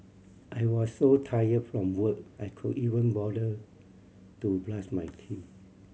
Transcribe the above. I was so tired from work I could even bother to brush my teeth